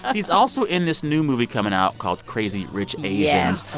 he's also in this new movie coming out called crazy rich asians. yes.